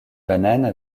bananes